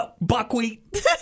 buckwheat